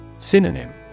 Synonym